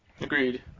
Agreed